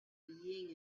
being